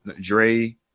Dre